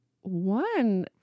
One